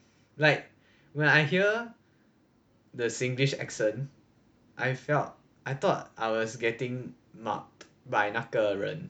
like when I hear the singlish accent I felt I thought I was getting marked by 那个人